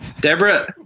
Deborah